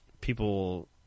people